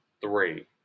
three